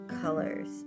colors